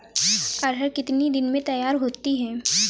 अरहर कितनी दिन में तैयार होती है?